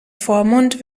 vormund